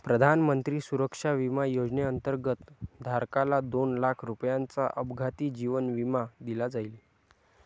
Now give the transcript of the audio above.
प्रधानमंत्री सुरक्षा विमा योजनेअंतर्गत, धारकाला दोन लाख रुपयांचा अपघाती जीवन विमा दिला जाईल